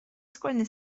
sgwennu